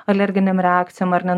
alerginėm reakcijom ar ne